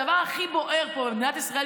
הדבר הכי בוער במדינת ישראל,